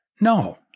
No